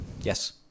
yes